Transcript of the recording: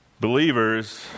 Believers